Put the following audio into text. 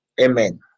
amen